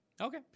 Okay